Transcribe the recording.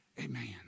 amen